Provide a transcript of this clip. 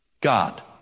God